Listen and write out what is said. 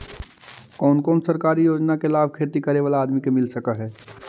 कोन कोन सरकारी योजना के लाभ खेती करे बाला आदमी के मिल सके हे?